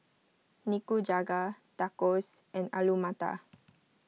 Nikujaga Tacos and Alu Matar